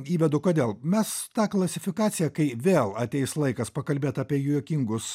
įvedu kodėl mes tą klasifikaciją kai vėl ateis laikas pakalbėt apie juokingus